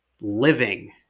living